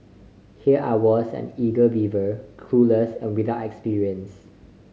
here I was an eager beaver clueless and without experience